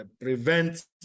prevent